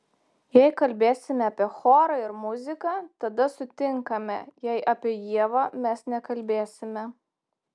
jei kalbėsime apie chorą ir muziką tada sutinkame jei apie ievą mes nekalbėsime